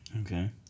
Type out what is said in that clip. Okay